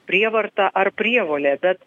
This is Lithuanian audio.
prievarta ar prievolė bet